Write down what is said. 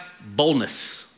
boldness